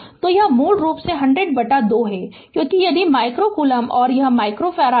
तो यह मूल रूप से 100 बटा 2 है क्योंकि यदि माइक्रो कूलम्ब और यह माइक्रोफ़ारड है